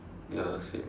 ya same